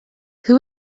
who